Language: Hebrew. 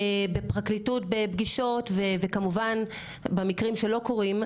בפרקליטות בפגישות וכמובן במקרים שלא קורים,